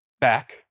back